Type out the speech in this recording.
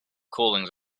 cooling